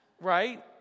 right